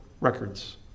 records